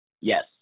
Yes